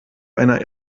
eine